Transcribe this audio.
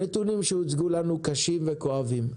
הנתונים שהוצגו לנו הם קשים וכואבים.